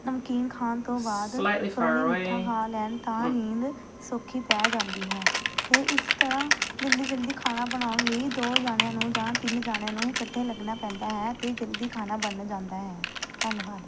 ਨਮਕੀਨ ਖਾਣ ਤੋਂ ਬਾਅਦ ਪਰਾਹੁਣੇ ਮਿੱਠਾ ਖਾ ਲੈਣ ਤਾਂ ਨੀਂਦ ਸੌਖੀ ਪੈ ਜਾਂਦੀ ਹੈ ਅਤੇ ਇਸ ਤਰ੍ਹਾਂ ਜਲਦੀ ਜਲਦੀ ਖਾਣਾ ਬਣਾਉਣ ਲਈ ਦੋ ਜਣਿਆਂ ਨੂੰ ਜਾਂ ਤਿੰਨ ਜਣਿਆਂ ਨੂੰ ਇਕੱਠੇ ਲੱਗਣਾ ਪੈਂਦਾ ਹੈ ਅਤੇ ਜਲਦੀ ਖਾਣਾ ਬਣ ਜਾਂਦਾ ਹੈ ਧੰਨਵਾਦ